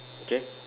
okay